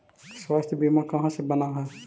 स्वास्थ्य बीमा कहा से बना है?